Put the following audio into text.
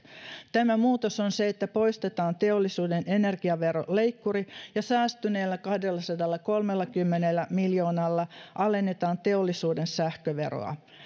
tämä muutos on se että poistetaan teollisuuden energiaveroleikkuri ja säästyneellä kahdellasadallakolmellakymmenellä miljoonalla alennetaan teollisuuden sähköveroa